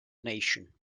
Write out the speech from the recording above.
nation